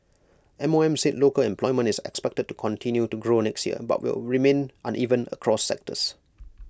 M O M said local employment is expected to continue to grow next year but IT will remain uneven across sectors